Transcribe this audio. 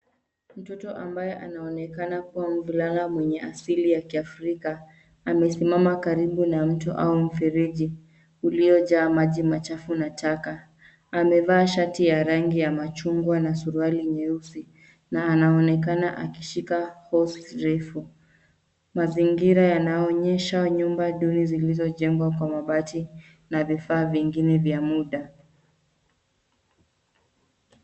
Mtoto ambaye anaonekana kuwa mvulana mwenye asili ya kiafrika, amesimama karibu na mtu au mfereji, uliojaa maji machafu na taka. Amevaa shati ya rangi ya machungwa na suruali nyeusi na anaonekana akishika host refu. Mazingira yanaonyesha nyumba duni zilizojengwa kwa mabati na vifaa vyengini vya muda.